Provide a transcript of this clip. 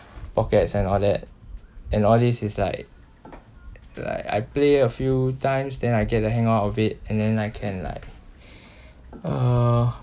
pockets and all that and all this is like like I play a few times then I get the hang of it and then I can like uh